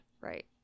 Right